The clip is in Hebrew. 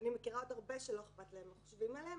אני מכירה עוד הרבה שלא אכפת להם מה חושבים עליהן,